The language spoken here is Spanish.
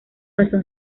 lanzó